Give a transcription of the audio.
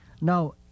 Now